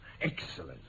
Excellent